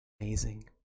Amazing